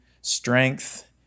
strength